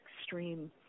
extreme